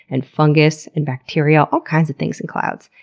and fungus, and bacteria all kinds of things in clouds.